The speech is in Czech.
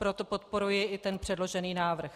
Proto podporuji i ten předložený návrh.